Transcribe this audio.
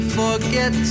forget